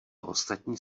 ostatní